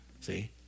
See